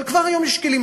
אבל כבר היום יש כלים.